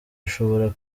ashobora